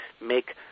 make